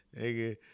nigga